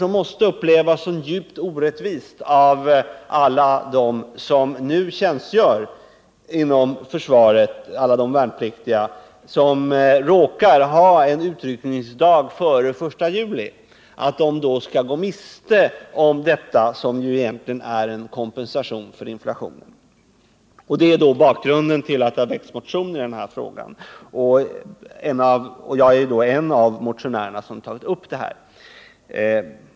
Det måste då upplevas såsom djupt orättvist av alla nu tjänstgörande värnpliktiga inom försvaret som råkar ha sin utryckningsdag före den 1 juli att de skulle gå miste om denna höjning, som egentligen är en kompensation för inflationen. Det är bakgrunden till att motioner har väckts i denna fråga. Jag är en av motionärerna.